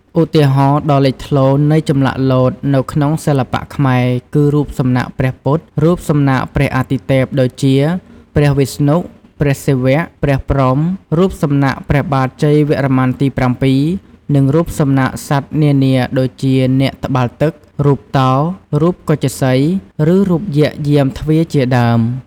ឧទាហរណ៍ដ៏លេចធ្លោនៃចម្លាក់លោតនៅក្នុងសិល្បៈខ្មែរគឺ រូបសំណាកព្រះពុទ្ធ រូបសំណាកព្រះអាទិទេព ដូចជា ព្រះវិស្ណុ ព្រះសិវៈ ព្រះព្រហ្ម រូបសំណាកព្រះបាទជ័យវរ្ម័នទី៧ និងរូបសំណាកសត្វនានាដូចជានាគត្បាល់ទឹក រូបតោ រូបគជសីហ៍ ឬរូបយក្សយាមទ្វារជាដើម។